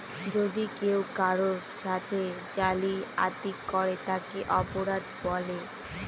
যদি কেউ কারোর সাথে জালিয়াতি করে তাকে অপরাধ বলে